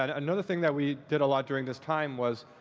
um another thing that we did a lot during this time was.